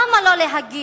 למה לא להגיד